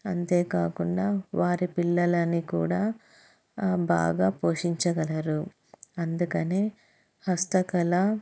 అంతేకాకుండా వారి పిల్లలని కూడా బాగా పోషించగలరు అందుకనే హస్తకళ